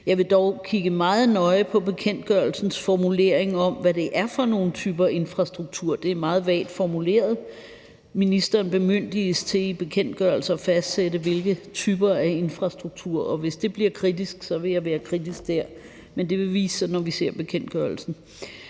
Jeg vil dog kigge meget nøje på bekendtgørelsens formulering om, hvad det er for nogle typer af infrastruktur. Det er meget vagt formuleret. Ministeren bemyndiges til i bekendtgørelse at fastsætte, hvilke typer af infrastruktur det er, og hvis det bliver kritisk, vil jeg være kritisk der. Men det vil vise sig, når vi ser bekendtgørelsen.